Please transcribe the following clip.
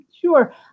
Sure